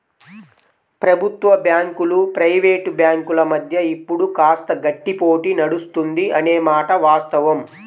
ప్రభుత్వ బ్యాంకులు ప్రైవేట్ బ్యాంకుల మధ్య ఇప్పుడు కాస్త గట్టి పోటీ నడుస్తుంది అనే మాట వాస్తవం